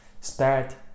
start